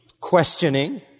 questioning